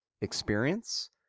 experience